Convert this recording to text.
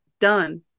done